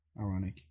Ironic